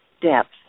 depth